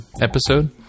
episode